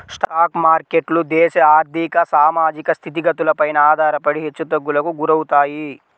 stock మార్కెట్లు దేశ ఆర్ధిక, సామాజిక స్థితిగతులపైన ఆధారపడి హెచ్చుతగ్గులకు గురవుతాయి